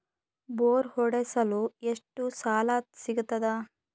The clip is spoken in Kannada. ಬೋರ್ ಹೊಡೆಸಲು ಎಷ್ಟು ಸಾಲ ಸಿಗತದ?